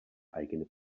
eigene